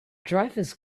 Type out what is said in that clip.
drivers